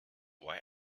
why